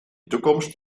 toekomst